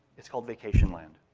it's called vacationland.